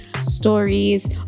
stories